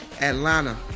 Atlanta